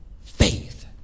faith